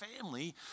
family